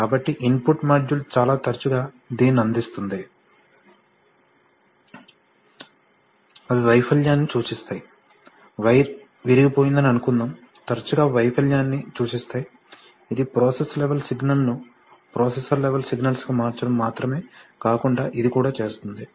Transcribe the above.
కాబట్టి input modules చాలా తరచుగా దీనిని అందిస్తుంది అవి వైఫల్యాన్ని సూచిస్తాయి వైర్ విరిగిపోయిందని అనుకుందాం తరచుగా అవి వైఫల్యాన్ని సూచిస్తాయి ఇది ప్రోసెస్ లెవల్ సిగ్నల్ ను ప్రోసెసర్ లెవల్ సిగ్నల్స్ గా మార్చడము మాత్రమే కాకుండా ఇది కూడా చేస్తుంది